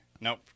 nope